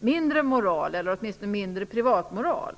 mindre moral - eller åtminstone mindre privatmoral.